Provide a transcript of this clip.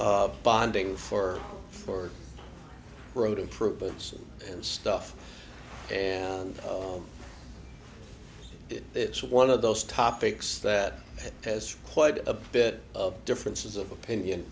bonding for for road improvements and stuff and it it's one of those topics that has quite a bit of differences of opinion